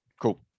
Cool